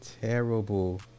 Terrible